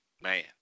Man